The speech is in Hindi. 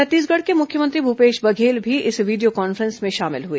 छत्तीसगढ़ के मुख्यमंत्री भूपेश बघेल भी इस वीडियो कॉन् फ्रेंस में शामिल हुए